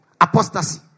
apostasy